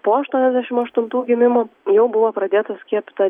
po aštuoniasdešim aštuntų gimimo jau buvo pradėta skiepyta